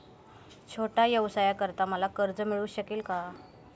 छोट्या व्यवसायासाठी मला कर्ज मिळू शकेल का?